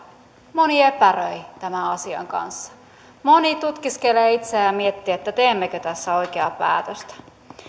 moni epäröi tämän asian kanssa moni tutkiskelee itseään ja miettii teemmekö tässä oikeaa päätöstä